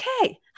okay